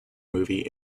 movie